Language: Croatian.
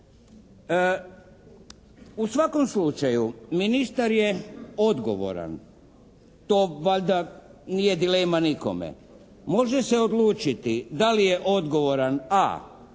U svakom slučaju ministar je odgovoran, to valjda nije dilema nikome može se odlučiti da li je odgovoran a)